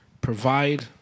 provide